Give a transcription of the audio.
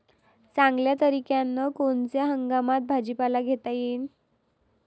चांगल्या तरीक्यानं कोनच्या हंगामात भाजीपाला घेता येईन?